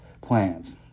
plans